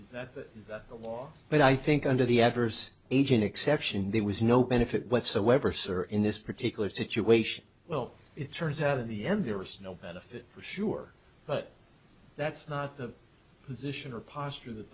that but that the law but i think under the adverse age an exception there was no benefit whatsoever sir in this particular situation well it turns out in the end there was no benefit for sure but that's not the position or posture that